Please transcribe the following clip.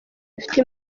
bifite